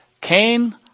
Cain